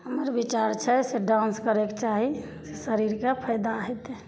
हमर विचार छै से डांस करयके चाही शरीरके फायदा हेतय